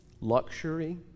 luxury